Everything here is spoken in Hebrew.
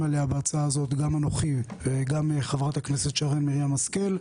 עליה גם אנוכי וגם חברת הכנסת שרן מרים השכל.